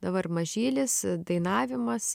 dabar mažylis dainavimas